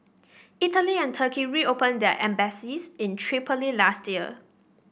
Italy and Turkey reopened their embassies in Tripoli last year